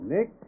Nick